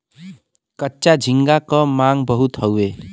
कच्चा झींगा क मांग बहुत हउवे